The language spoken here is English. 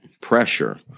pressure